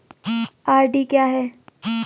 RD क्या है?